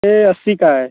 ये अस्सी का है